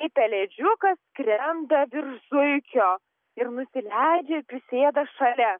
ir pelėdžiukas skrenda virš zuikio ir nusileidžia ir prisėda šalia